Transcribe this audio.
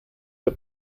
der